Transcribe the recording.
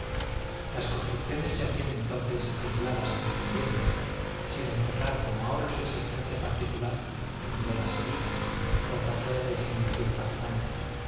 las construcciones se hacían entonces aisladas e independientes sin encerrar como ahora su existencia particular en hileras seguidas con fachada de similitud fatigante